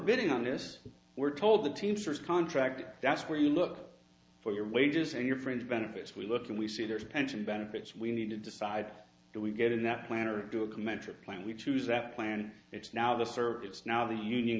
bidding on this we're told the teamsters contract that's where you look for your wages and your fringe benefits we look when we see their pension benefits we need to decide do we get in that plan or do a commensurate plan we choose that plan it's now the service now the union